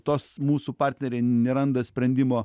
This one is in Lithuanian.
tos mūsų partneriai neranda sprendimo